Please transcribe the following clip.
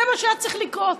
זה מה שהיה צריך לקרות.